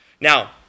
Now